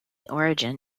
origin